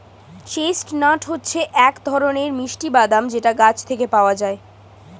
chestnut হচ্ছে এক ধরনের মিষ্টি বাদাম যেটা গাছ থেকে পাওয়া যায়